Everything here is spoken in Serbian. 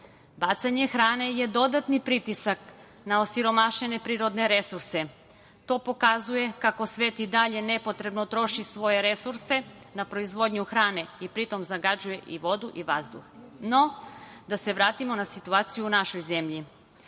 Bacanje hrane je dodatni pritisak na osiromašene prirodne resurse. To pokazuje kako svet i dalje nepotrebno troši svoje resurse na proizvodnju hrane i pri tome zagađuje i vodu i vazduh.No, da se vratimo na situaciju u našoj zemlji.